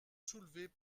soulevés